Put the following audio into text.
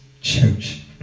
church